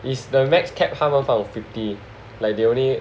is the max capped 他们放 fifty like they only